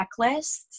checklists